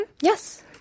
Yes